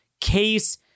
Case